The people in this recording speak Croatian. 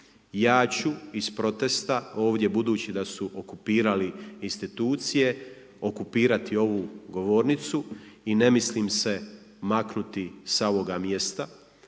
ja ću iz protesta ovdje budući da su okupirali institucije okupirati ovu govornicu i ne mislim se maknuti sa ovoga mjesta.